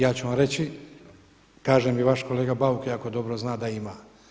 Ja ću vam reći, kaže mi vaš kolega Bauk jako dobro zna da ima.